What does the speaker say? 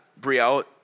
Brielle